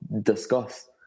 discuss